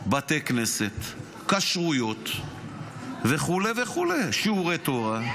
בתי כנסת, כשרויות וכו' וכו' ושיעורי תורה.